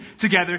together